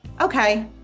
okay